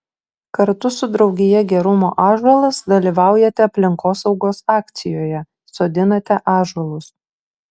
kartu su draugija gerumo ąžuolas dalyvaujate aplinkosaugos akcijoje sodinate ąžuolus